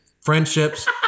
friendships